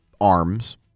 arms